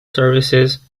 services